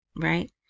Right